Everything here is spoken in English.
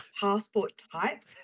passport-type